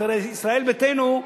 תראה, ישראל ביתנו,